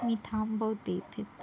मी थांबवते इथेच